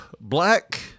black